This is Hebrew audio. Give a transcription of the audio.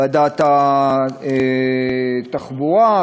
ועדת התחבורה,